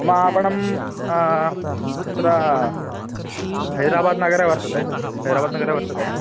मम आपणं तत्र हैदराबाद् नगरे वर्तते हैदराबाद् नगरे वर्तते